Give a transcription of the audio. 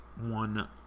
one